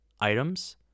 items